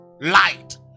light